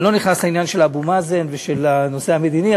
אני לא נכנס לעניין של אבו מאזן ושל הנושא המדיני,